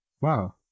Wow